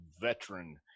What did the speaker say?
veteran